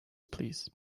please